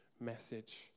message